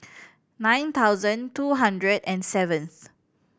nine thousand two hundred and seventh